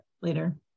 later